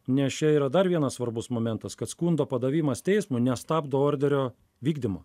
nes čia yra dar vienas svarbus momentas kad skundo padavimas teismui nestabdo orderio vykdymo